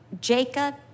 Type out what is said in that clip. Jacob